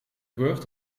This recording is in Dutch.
word